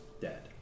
dead